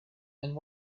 and